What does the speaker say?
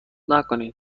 نکنید